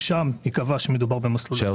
שם ייקבע שמדובר במסלול חובה.